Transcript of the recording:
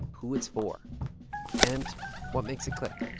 who it's for and what makes it click